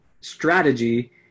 strategy